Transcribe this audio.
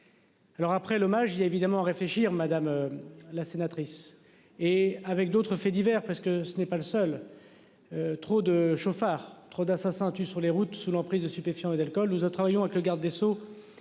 Alors après l'hommage il y a évidemment réfléchir madame. La sénatrice et avec d'autres faits divers parce que ce n'est pas le seul. Trop de chauffard trop d'assassins tuent sur les routes sous l'emprise de stupéfiants. Delecole. Nous travaillons avec le garde des Sceaux.